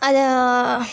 ಅದ